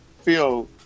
feel